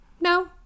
No